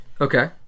Okay